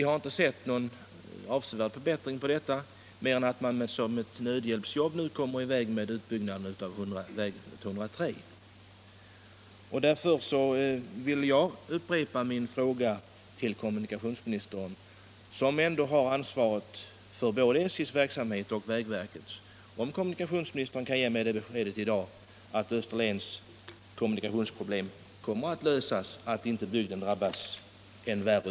Vi har inte sett till någon avsevärd förbättring av dem, bortsett från att man nu sätter i gång utbggnaden av väg 103 som nödhjälpsjobb. Därför vill jag upprepa min fråga till kommunikationsministern, som har ansvaret för både SJ:s verksamhet och vägverkets: Kan kommunikationsministern i dag ge mig beskedet att Österlens kommunikationsproblem kommer att lösas så att inte bygden drabbas ännu värre?